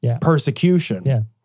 persecution